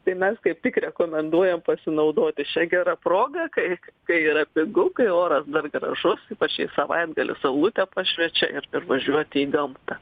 tai mes kaip tik rekomenduojam pasinaudoti šia gera proga kai kai yra pigu kai oras dar gražus ypač šį savaitgalį saulutė pašviečia ir ir važiuoti į gamtą